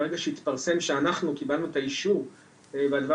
ברגע שהתפרסם שאנחנו קיבלנו את האישור והדבר